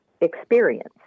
Experience